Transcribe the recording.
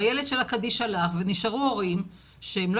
והילד של הקדיש הלך ונשארו ההורים שלא